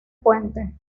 puente